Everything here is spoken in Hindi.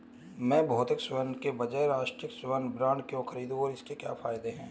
मैं भौतिक स्वर्ण के बजाय राष्ट्रिक स्वर्ण बॉन्ड क्यों खरीदूं और इसके क्या फायदे हैं?